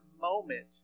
moment